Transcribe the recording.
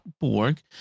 borg